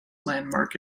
landmark